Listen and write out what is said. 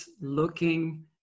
looking